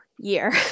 year